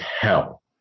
hell